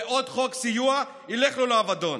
ועוד חוק סיוע ילך לו לאבדון.